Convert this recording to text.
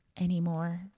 anymore